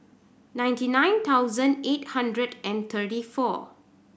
ninety nine thousand eight hundred and thirty four